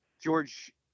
George